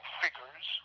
figures